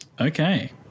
Okay